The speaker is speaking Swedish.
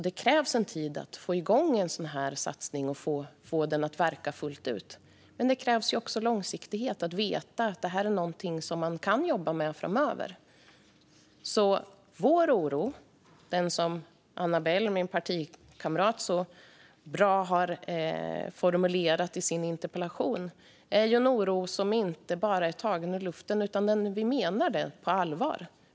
Det krävs alltså tid för att få igång en sådan här satsning och få den att verka fullt ut. Men det krävs också långsiktighet - att man vet att detta är något man kan jobba med framöver. Vår oro, som min partikamrat Anna-Belle har formulerat så bra i sin interpellation, är inte bara tagen ur luften, utan den är allvarligt menad.